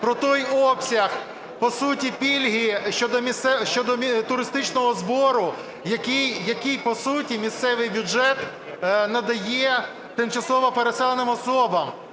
про той обсяг по суті пільги щодо туристичного збору, який по суті місцевий бюджет надає тимчасово переселеним особам.